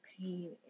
pain